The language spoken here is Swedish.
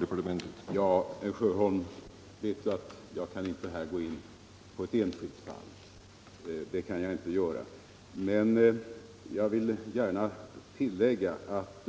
Herr talman! Herr Sjöholm vet att jag inte här kan gå in på ett enskilt fall. Jag vill emellertid tillägga att